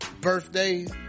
birthdays